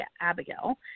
Abigail